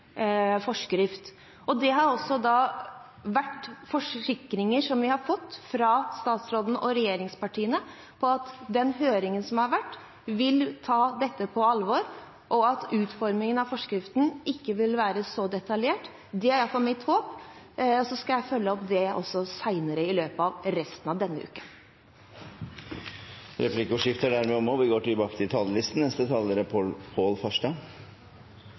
forskrift. Vi har også fått forsikringer fra statsråden og regjeringspartiene om at den høringen som har vært, vil ta dette på alvor, og at utformingen av forskriften ikke vil være så detaljert. Det er iallfall mitt håp. Så skal jeg følge opp det også seinere – i løpet av resten av denne uken. Replikkordskiftet er omme. Større satsing på marin forskning og utvikling har vært en av de viktigste sakene for meg i denne stortingsperioden. I Venstres alternative statsbudsjett for 2014 la vi